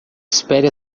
espere